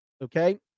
Okay